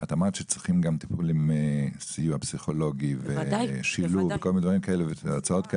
את אמרת שצריכים גם סיוע פסיכולוגי ושילוב והוצאות כאלה,